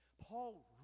paul